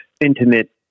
intimate